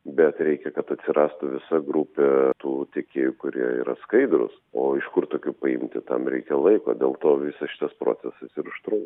bet reikia kad atsirastų visa grupė tų tiekėjų kurie yra skaidrūs o iš kur tokių paimti tam reikia laiko dėl to visas šitas procesas ir užtru